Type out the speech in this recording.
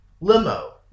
limo